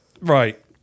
Right